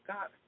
God